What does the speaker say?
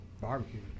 barbecue